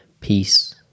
peace